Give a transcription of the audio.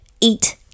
eat